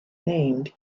named